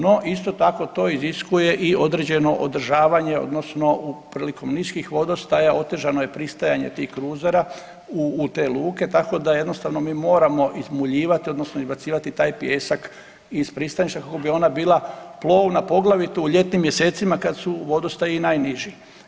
No, isto tako to iziskuje i određeno održavanje odnosno prilikom niskih vodostaja otežano je pristajanje tih kruzera u te luke tako da jednostavno mi moramo izmuljivati odnosno izbacivati taj pijesak iz pristaništa kako bi ona bila plovna poglavito u ljetnim mjesecima kad su vodostaji najniži.